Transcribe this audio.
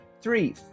three